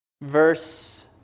Verse